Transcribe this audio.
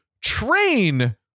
train